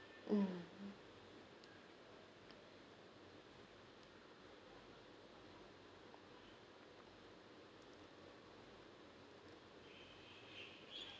mm